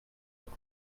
that